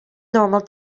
normal